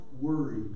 worry